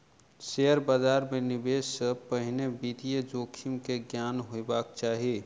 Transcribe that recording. share बाजार मे निवेश से पहिने वित्तीय जोखिम के ज्ञान हेबाक चाही